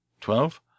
Twelve